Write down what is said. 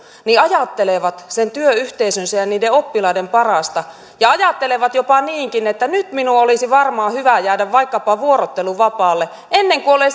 ajattelevat sen työyhteisönsä ja niiden oppilaiden parasta ja ajattelevat jopa niinkin että nyt minun olisi varmaan hyvä jäädä vaikkapa vuorotteluvapaalle ennen kuin olen